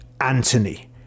Anthony